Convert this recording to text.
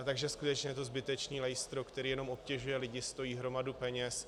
Takže skutečně je to zbytečné lejstro, které jenom obtěžuje lidi, stojí hromadu peněz.